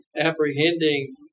apprehending